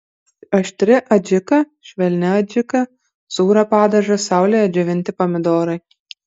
aštri adžika švelni adžika sūrio padažas saulėje džiovinti pomidorai